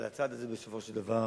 אבל הצעד הזה, בסופו של דבר,